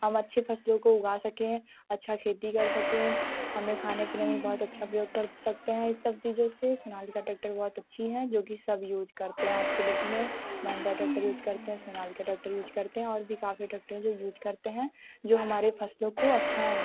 हम अच्छे फसलों को उगा सकें अच्छा खेती कर सकें हमें खाना पीने में बहुत अच्छे प्रयोग सकते हैं इस सब चीज़ों से सोनालिका ट्रेक्टर बहुत अच्छी है जो कि सब यूज़ करते आज कि डेट में महिंद्रा ट्रेक्टर यूज़ करते हैं सोनालिका ट्रेक्टर यूज़ करते और भी काफ़ी ट्रेक्टर हैं जो भी यूज़ करते हैं जो हमारे फसलों को अच्छा